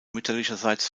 mütterlicherseits